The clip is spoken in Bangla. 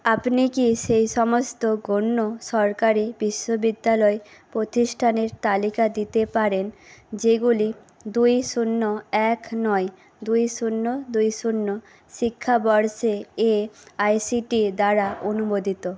আপনি কি সেই সমস্ত গণ্য সরকারি বিশ্ববিদ্যালয় প্রতিষ্ঠানের তালিকা দিতে পারেন যেগুলি দুই শূন্য এক নয় দুই শূন্য দুই শূন্য শিক্ষাবর্ষে A I C T E দ্বারা অনুমোদিত